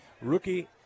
rookie